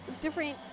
Different